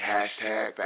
Hashtag